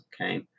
Okay